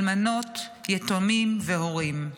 אלמנות, יתומים והורים.